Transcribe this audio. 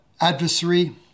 adversary